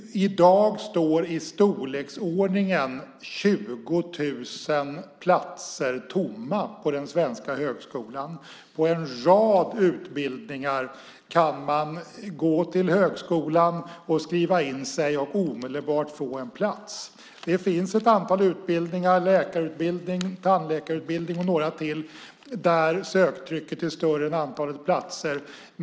I dag står i storleksordningen 20 000 platser tomma på den svenska högskolan. På en rad utbildningar kan man gå till högskolan och skriva in sig och omedelbart få en plats. Det finns ett antal utbildningar - läkarutbildningen, tandläkarutbildningen och några till - där antalet sökande är större än antalet platser.